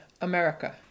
America